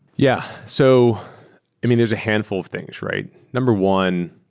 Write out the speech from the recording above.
yeah. so i mean, there's a handful of things, right? number one,